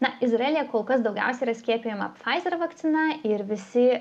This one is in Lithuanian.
na izraelyje kol kas daugiausiai yra skiepijama pfizer vakcina ir visi